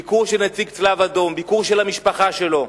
ביקור של נציג הצלב-אדום, ביקור של המשפחה שלו.